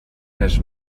res